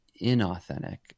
inauthentic